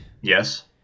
Yes